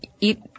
eat